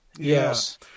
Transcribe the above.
Yes